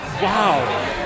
wow